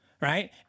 Right